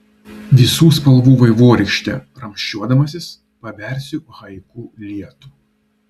visų spalvų vaivorykšte ramsčiuodamasis pabersiu haiku lietų